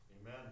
Amen